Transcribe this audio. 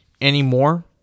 anymore